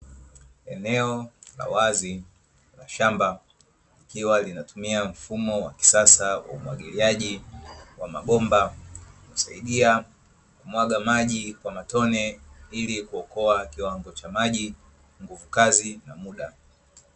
Eneo la wazi la shamba likiwa linatumia mfumo wa kisasa wa umwagiliaji wa mabomba, husaidia kumwaga maji kwa matone ili kuokoa kiwango cha maji, nguvu kazi na muda.